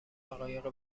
حقایق